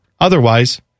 Otherwise